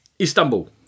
Istanbul